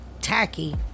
tacky